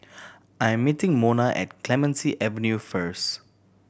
I'm meeting Mona at Clementi Avenue first